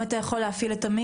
אני מתנדב בעמותה של חולי